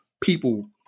people